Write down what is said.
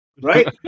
Right